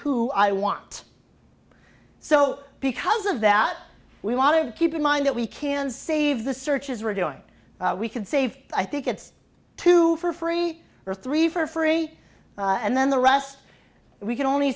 who i want so because of that we want to keep in mind that we can save the searches we're doing we can save i think it's two for free or three for free and then the rest we can only